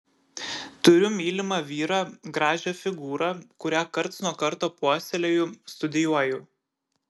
turiu mylimą vyrą gražią figūrą kurią karts nuo karto puoselėju studijuoju